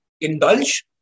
indulge